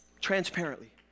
transparently